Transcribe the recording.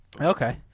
Okay